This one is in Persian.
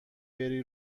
بری